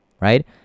right